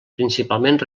principalment